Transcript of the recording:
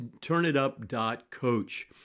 turnitup.coach